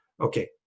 Okay